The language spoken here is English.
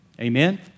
Amen